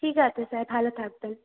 ঠিক আছে স্যার ভালো থাকবেন